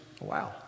Wow